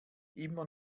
immer